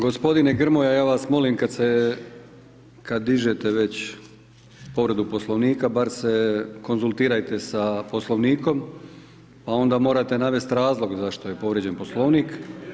Gospodine Grmoja, ja vas molim kad se, kad dižete već povredu Poslovnika bar se konzultirajte da Poslovnikom, pa onda morate navesti razloga zašto je povrijeđen poslovni.